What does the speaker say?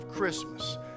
Christmas